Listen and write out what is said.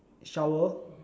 shower